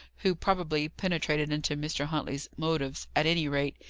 who probably penetrated into mr. huntley's motives at any rate,